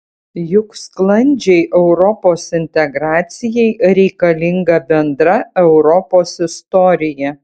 juk sklandžiai europos integracijai reikalinga bendra europos istorija